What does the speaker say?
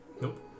Nope